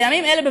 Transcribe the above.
בימים אלה,